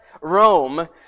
Rome